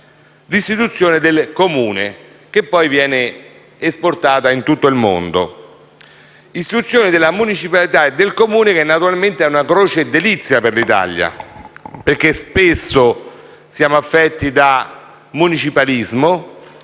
l'istituzione del Comune, che poi viene esportata in tutto il mondo. L'istituzione della municipalità e del Comune è croce e delizia dell'Italia, perché spesso siamo affetti da municipalismo;